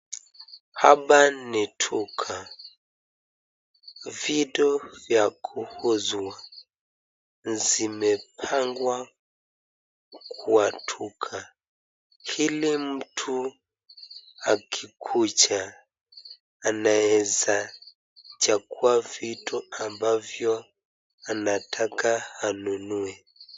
Hapa ni duka, vitu vya kuuzwa zimepangwa kwa duka ili mtu akikuja anaeza chagua vitu ambavyo anataka anunue.